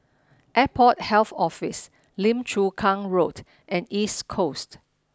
Airport Health Office Lim Chu Kang Road and East Coast